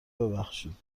ببخشید